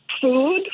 food